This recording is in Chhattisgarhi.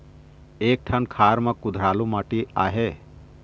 एक ठन खार म कुधरालू माटी आहे?